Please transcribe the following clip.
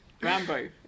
Rambo